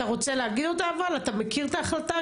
אני מכירה את ההחלטה,